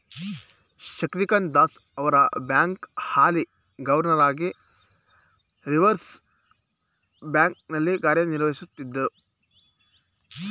ಶಕ್ತಿಕಾಂತ್ ದಾಸ್ ರವರು ಬ್ಯಾಂಕ್ನ ಹಾಲಿ ಗವರ್ನರ್ ಹಾಗಿ ರಿವರ್ಸ್ ಬ್ಯಾಂಕ್ ನಲ್ಲಿ ಕಾರ್ಯನಿರ್ವಹಿಸುತ್ತಿದ್ದ್ರು